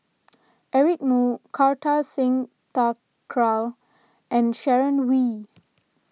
Eric Moo Kartar Singh Thakral and Sharon Wee